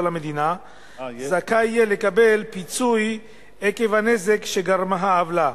למדינה יהיה זכאי לקבל פיצוי עקב הנזק שגרמה העוולה.